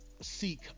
seek